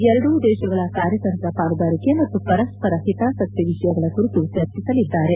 ಎರಡೂ ದೇಶಗಳು ಕಾರ್ಯತಂತ್ರ ಪಾಲುದಾರಿಕೆ ಮತ್ತು ಪರಸ್ಪರ ಹಿತಾಸಕ್ತಿ ವಿಷಯಗಳ ಕುರಿತು ಚರ್ಚಿಸಲಿದ್ದಾರೆ